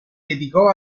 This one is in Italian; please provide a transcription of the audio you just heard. dedicò